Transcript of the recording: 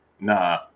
Nah